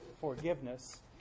forgiveness